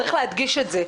צריך להדגיש את זה.